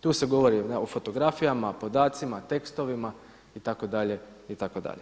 Tu se govori o fotografijama, o podacima, o tekstovima, itd., itd.